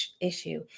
issue